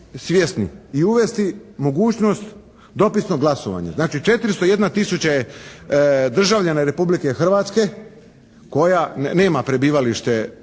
svjesni i uvesti mogućnost dopisnog glasovanja. Znači 401 tisuća je državljana Republike Hrvatske koja nema prebivalište